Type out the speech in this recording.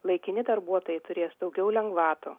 laikini darbuotojai turės daugiau lengvatų